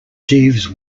jeeves